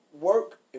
work